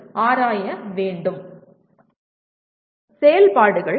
மேலும் செயல்பாடுகள்